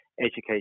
education